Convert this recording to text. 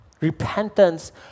Repentance